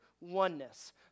oneness